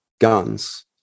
guns